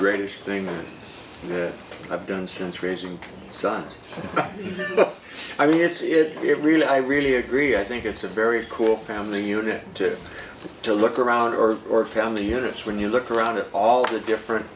greatest thing i've done since raising sons i mean it's is it really i really agree i think it's a very cool family unit to to look at around or or family units when you look around at all the different